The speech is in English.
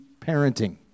parenting